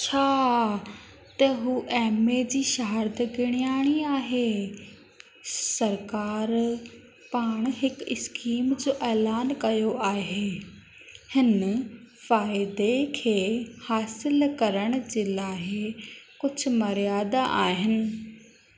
अच्छा त हूअ एम ए जी शाहर्दगिर्याणी आहे सरकार पाण हिकिड़ी स्कीम जो ऐलानु कयो आहे हिन फ़ाइदे खे हासिलु करण जे लाइ कुझु मर्यादा आहिनि